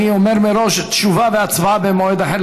אני אומר מראש: תשובה והצבעה במועד אחר,